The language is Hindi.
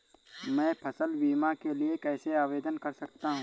मैं फसल बीमा के लिए कैसे आवेदन कर सकता हूँ?